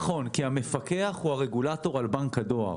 נכון, כי המפקח הוא הרגולטור על בנק הדואר.